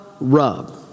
rub